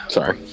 Sorry